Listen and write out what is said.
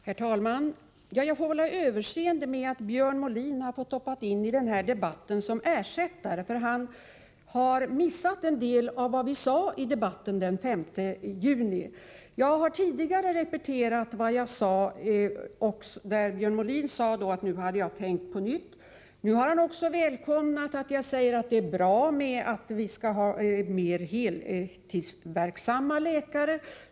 Herr talman! Jag får väl ha överseende med att Björn Molin har fått hoppa in i denna debatt som ersättare. Han har missat en del av det som sades i debatten den 5 juni. Jag har tidigare repeterat vad jag sade, och Björn Molin sade att jag tänkt på nytt. Nu har han välkomnat att jag säger att det är bra att vi skall ha fler heltidsverksamma läkare.